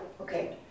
okay